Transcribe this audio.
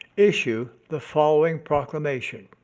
issue the following proclamation.